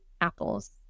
apples